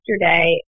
yesterday